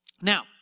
Now